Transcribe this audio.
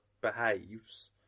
behaves